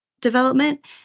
development